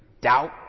doubt